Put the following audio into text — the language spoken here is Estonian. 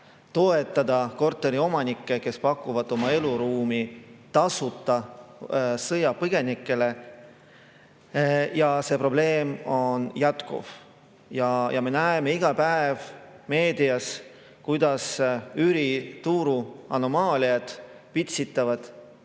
toetada korteriomanikke, kes pakuvad oma eluruumi tasuta sõjapõgenikele, ja see probleem on jätkuv. Me näeme iga päev meedias, kuidas üürituru anomaaliad pitsitavad